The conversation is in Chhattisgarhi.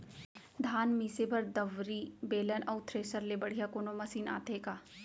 धान मिसे बर दंवरि, बेलन अऊ थ्रेसर ले बढ़िया कोनो मशीन आथे का?